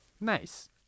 Nice